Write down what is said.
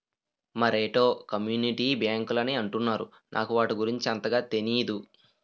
మరేటో కమ్యూనిటీ బ్యాంకులని అనుకుంటున్నారు నాకు వాటి గురించి అంతగా తెనీదు